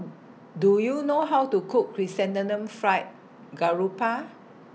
Do YOU know How to Cook Chrysanthemum Fried Garoupa